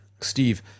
Steve